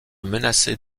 menacée